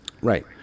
Right